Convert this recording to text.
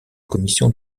commission